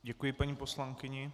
Děkuji paní poslankyni.